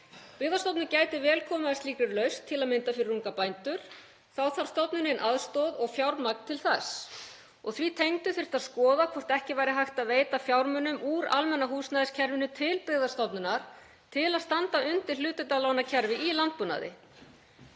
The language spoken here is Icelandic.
Byggðastofnun gæti vel komið að slíkri lausn, til að mynda fyrir unga bændur. Þá þarf stofnunin aðstoð og fjármagn til þess. Því tengdu þyrfti að skoða hvort ekki væri hægt að veita fjármuni úr almenna húsnæðiskerfinu til Byggðastofnunar til að standa undir hlutdeildarlánakerfi í landbúnaði.